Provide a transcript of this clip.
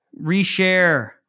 Reshare